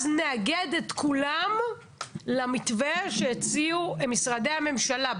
אז נאגד את כולן למתווה שהציעו משרדי הממשלה,